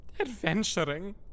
Adventuring